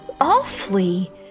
awfully